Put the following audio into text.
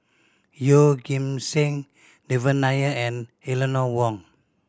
Yeoh Ghim Seng Devan Nair and Eleanor Wong